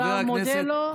אתה מודה לו?